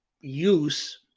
use